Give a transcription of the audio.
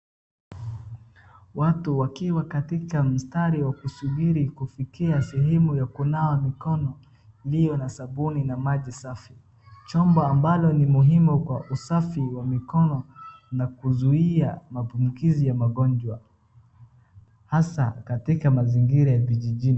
Watu wakiwa katika mstari wa kusubiri kufikia sehemu ya kunawa mikono iliyo na sabuni na maji safi. Chombo ambalo ni muhimu kwa usafi wa mikono na kuzuia maambukizi ya magonjwa hasa katika mazingira ya vijijini.